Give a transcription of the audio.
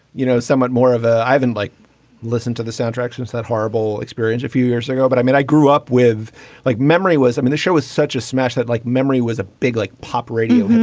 you know, somewhat more of a iven like listen to the soundtracks since that horrible experience a few years ago. but i mean, i grew up with like memory was. i mean, the show was such a smash hit, like memory was a big like pop radio.